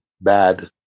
bad